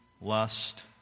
lust